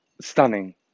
stunning